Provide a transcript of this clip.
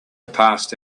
passed